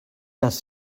das